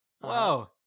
Wow